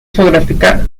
geográfica